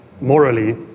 morally